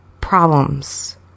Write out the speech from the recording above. problems